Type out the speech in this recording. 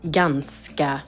ganska